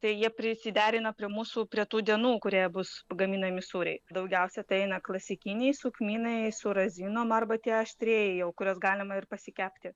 tai jie prisiderina prie mūsų prie tų dienų kurie bus gaminami sūriai daugiausia tai eina klasikiniai su kmynais su razinom arba tie aštrieji jau kuriuos galima ir pasikepti